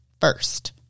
first